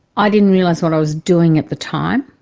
i didn't realise what i was doing at the time,